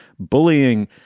bullying